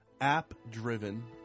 app-driven